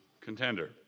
contender